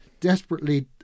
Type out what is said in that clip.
desperately